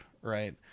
right